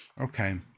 Okay